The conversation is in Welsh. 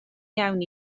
iawn